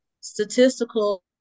statistical